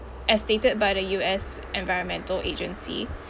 as stated by the U_S environmental agency